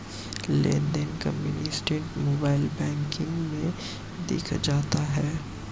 लेनदेन का mini statement mobile banking में दिख जाता है